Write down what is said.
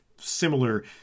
similar